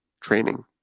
training